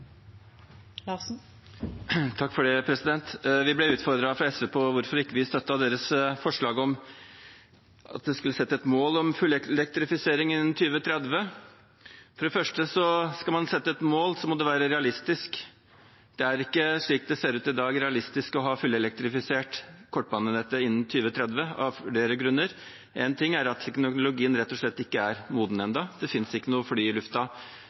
Vi ble utfordret av SV på hvorfor vi ikke støtter deres forslag om at det skal settes et mål om fullelektrifisering innen 2030. For det første: Skal man sette et mål, må det være realistisk. Det er ikke, slik det ser ut i dag, realistisk å ha fullelektrifisert kortbanenettet innen 2030, av flere grunner. Én ting er at teknologien rett og slett ikke er moden ennå. Det finnes ikke noe